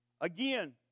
again